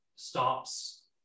Stops